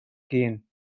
gehen